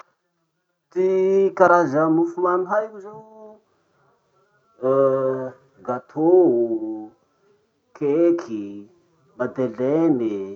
Ty karaza mofomamy haiko zao: gateau, cake, madeleine.